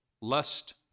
lust